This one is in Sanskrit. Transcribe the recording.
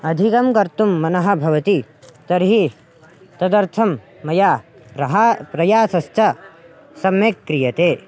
अधिकं कर्तुं मनः भवति तर्हि तदर्थं मया प्रहा प्रयासश्च सम्यक् क्रियते